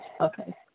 Okay